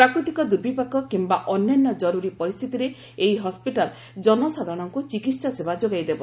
ପ୍ରାକୃତିକ ଦୁର୍ବିପାକ କିୟା ଅନ୍ୟାନ୍ୟ କରୁରୀ ପରିସ୍ଥିତିରେ ଏହି ହସ୍କିଟାଲ ଜନସାଧାରଣଙ୍କୁ ଚିକିତ୍ସା ସେବା ଯୋଗାଇ ଦେବ